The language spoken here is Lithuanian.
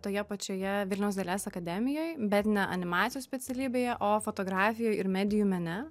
toje pačioje vilniaus dailės akademijoj bet ne animacijos specialybėje o fotografijoj ir medijų mene